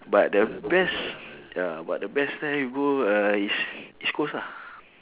but the best ya but the best then you go uh is east coast ah